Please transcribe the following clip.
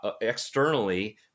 externally